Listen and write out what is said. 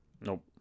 Nope